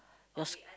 yours